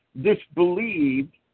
disbelieved